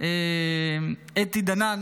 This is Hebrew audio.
אתי דנן,